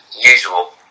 usual